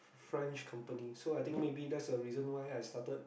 French company so I think maybe that's the reason why I started